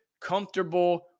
comfortable